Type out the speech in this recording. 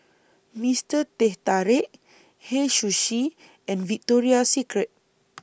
Mister Teh Tarik Hei Sushi and Victoria Secret